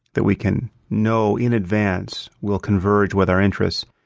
that we can know in advance will converge with our interests,